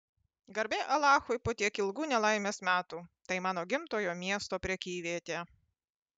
garbė alachui po tiek ilgų nelaimės metų tai mano gimtojo miesto prekyvietė